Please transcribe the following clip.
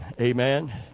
amen